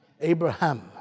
Abraham